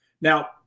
Now